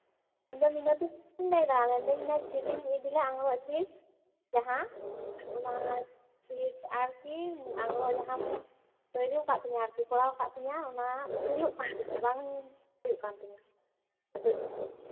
ᱤᱧ ᱫᱚ ᱢᱤᱱᱚᱛᱤ ᱠᱤᱥᱠᱩᱧ ᱞᱟᱹᱭ ᱫᱟ ᱢᱮᱱ ᱫᱟᱹᱧ ᱚᱱᱟ ᱪᱷᱤᱴᱤᱧ ᱤᱫᱤ ᱞᱮᱫ ᱟᱝᱨᱚᱵ ᱪᱷᱤᱴ ᱡᱟᱦᱟᱸ ᱚᱱᱟ ᱪᱷᱤᱴ ᱟᱨᱠᱤ ᱟᱝᱨᱚᱵ ᱡᱟᱦᱟᱢ ᱛᱳᱭᱨᱤᱭᱠᱟᱫ ᱛᱤᱧᱟᱹ ᱠᱚᱨᱟᱣ ᱠᱟᱫ ᱛᱤᱧᱟᱹ ᱚᱱᱟ ᱰᱷᱤᱞᱚᱜ ᱠᱟᱱ ᱛᱤᱧᱟᱹ ᱵᱟᱝ ᱦᱩᱭᱩᱜ ᱠᱟᱱ ᱛᱤᱧᱟᱹ ᱟᱫᱚ